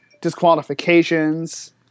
disqualifications